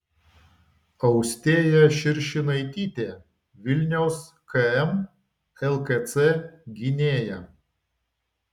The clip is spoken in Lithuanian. austėja širšinaitytė vilniaus km lkc gynėja